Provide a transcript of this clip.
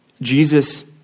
Jesus